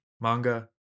manga